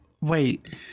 Wait